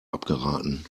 abgeraten